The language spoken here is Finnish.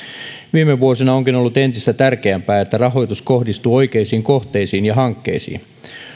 viime vuosina onkin ollut entistä tärkeämpää että rahoitus kohdistuu oikeisiin kohteisiin ja hankkeisiin